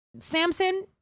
Samson